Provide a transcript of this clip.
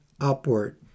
upward